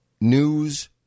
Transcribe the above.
news